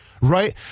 right